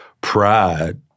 pride